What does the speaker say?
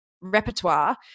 repertoire